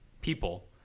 people